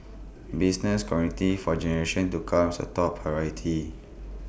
business continuity for generations to comes A top priority